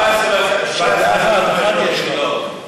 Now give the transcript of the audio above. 17,500 יחידות,